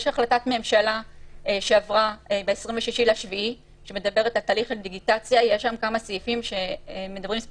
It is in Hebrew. בהחלטת ממשלה שעברה ב-26.7 יש כמה סעיפים שמדברים על